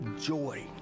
joy